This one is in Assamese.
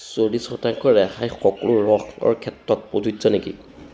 চল্লিছ শতাংশ ৰেহাই সকলো ৰসৰ ক্ষেত্ৰতে প্ৰযোজ্য নেকি